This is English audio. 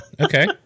okay